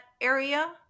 area